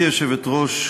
גברתי היושבת-ראש,